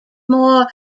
more